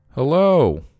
Hello